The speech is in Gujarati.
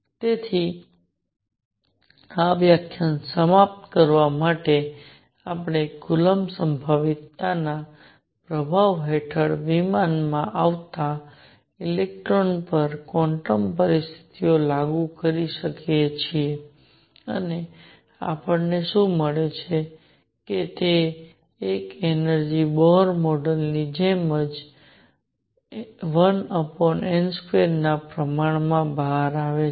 તેથી આ વ્યાખ્યાનને સમાપ્ત કરવા માટે આપણે કુલોમ્બ સંભવિતતાના પ્રભાવ હેઠળ વિમાનમાં ફરતા ઇલેક્ટ્રોન પર ક્વોન્ટમ પરિસ્થિતિઓ લાગુ કરી છે અને આપણને શું મળે છે કે એક એનર્જિ બોહર મોડેલ ની જેમ જ 1n2 ના પ્રમાણમાં બહાર આવે છે